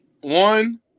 One